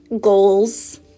goals